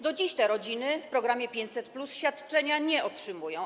Do dziś te rodziny z programu 500+ świadczenia nie otrzymują.